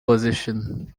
position